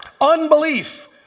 Unbelief